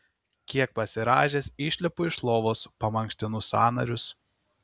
kiek pasirąžęs išlipu iš lovos pamankštinu sąnarius